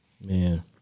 Man